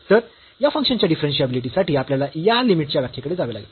तर या फंक्शनच्या डिफरन्शियाबिलिटी साठी आपल्याला या लिमिटच्या व्याख्येकडे जावे लागेल